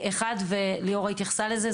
וליאורה התייחסה לזה,